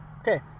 Okay